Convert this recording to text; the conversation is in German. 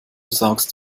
saugst